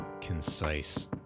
concise